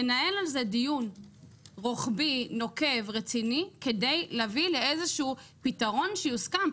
לנהל על זה דיון רוחבי נוקב רציני כדי להביא לאיזשהו פתרון שיוסכם,